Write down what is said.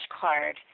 card